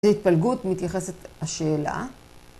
בהתפלגות מתייחסת השאלה.